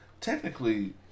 Technically